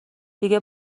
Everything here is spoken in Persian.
دیگه